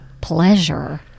pleasure